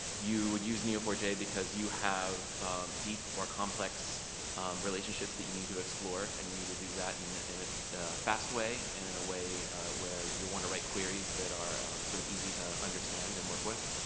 you use n e o four j because you have deep or complex relationships that you need to explore, and you need to do that and in a ah fast way and in a way where you want to write queries that are sort of easy to understand and work with.